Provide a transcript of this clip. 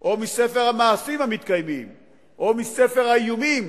או מספר המעשים המתקיימים או מספר האיומים,